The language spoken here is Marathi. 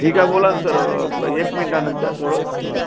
ठीक आहे बोला नं सर वं एक मिनटानंतर थोडं